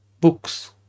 books